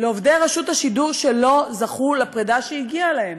לעובדי רשות השידור שלא זכו לפרידה שהגיעה להם.